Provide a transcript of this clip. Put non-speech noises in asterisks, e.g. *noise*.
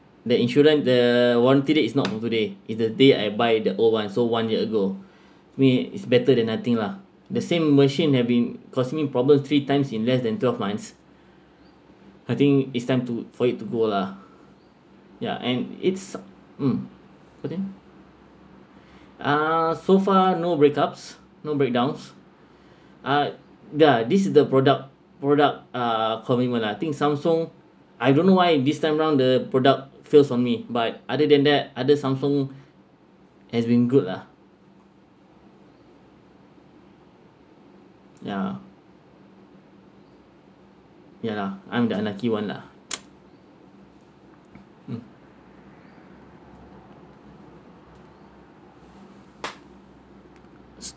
the insurance the warranty day is not on today is the day I buy the old one so one year ago *breath* I mean it's better than nothing lah the same machine has been caused me problems three times in less than twelve months I think it's time to for it to go lah ya and it's mm continue uh so far no break ups no break downs uh ya this is the product product uh commitment lah I think samsung I don't know this time round the product fails on me but other than that other samsung has been good lah ya ya lah I'm the unlucky one lah *noise* mm